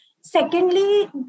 Secondly